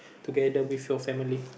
together with your family